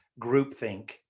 groupthink